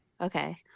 okay